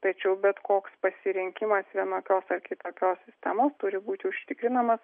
tačiau bet koks pasirinkimas vienokios ar kitokios sistemos turi būti užtikrinamas